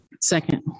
Second